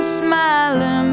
smiling